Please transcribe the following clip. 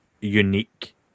unique